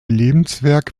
lebenswerk